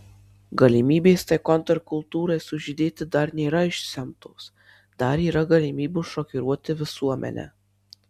galimybės tai kontrkultūrai sužydėti dar nėra išsemtos dar yra galimybių šokiruoti visuomenę